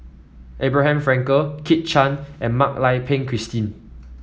Abraham Frankel Kit Chan and Mak Lai Peng Christine